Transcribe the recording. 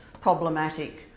problematic